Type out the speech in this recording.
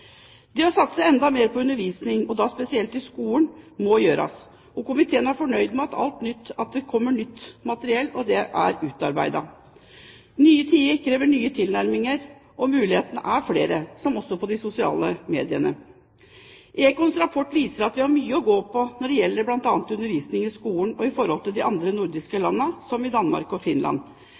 seg å være virksomt, mener helse- og omsorgskomiteen at det bør følges opp videre. Det å satse enda mer på undervisning, spesielt i skolen, må gjøres, og komiteen er fornøyd med at nytt materiell er utarbeidet. Nye tider krever nye tilnærminger. Mulighetene er flere, også når det gjelder de sosiale mediene. Econs rapport viser at vi har mye å gå på når det gjelder undervisning i skolen sammenlignet med andre nordiske land, som Danmark og Finland.